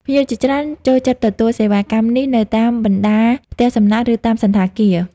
ភ្ញៀវជាច្រើនចូលចិត្តទទួលសេវាកម្មនេះនៅតាមបណ្តាផ្ទះសំណាក់ ឬតាមសណ្ឋាគារ។